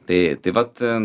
tai tai vat